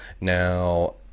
Now